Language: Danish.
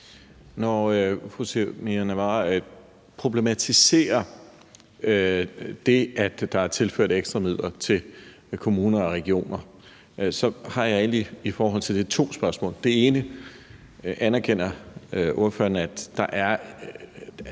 Når fru Samira Nawa problematiserer det, at der er tilført ekstra midler til kommuner og regioner, så har jeg egentlig to spørgsmål i forhold til det. Det ene er: Anerkender ordføreren, at den økonomiske